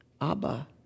Abba